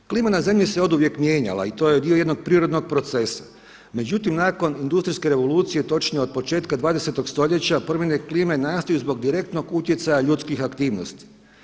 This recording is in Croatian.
Klima na zemlji se oduvijek mijenjala i to je dio jednog prirodnog procesa, međutim nakon industrijske revolucije točnije od početka 20 stoljeća promjene klime nastaju zbog direktnog utjecaja ljudskih aktivnosti.